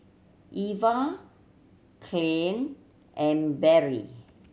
Eva Caryl and Barry